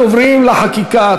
אנחנו עוברים לחקיקה.